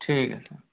ठीक है सर